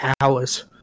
hours